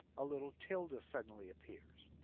a little tilde suddenly appears.